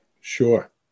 Sure